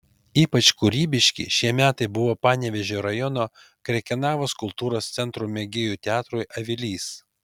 ypač kūrybiški šie metai buvo panevėžio rajono krekenavos kultūros centro mėgėjų teatrui avilys